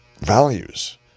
values